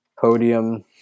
podium